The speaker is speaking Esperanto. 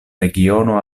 regiono